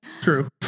True